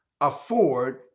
afford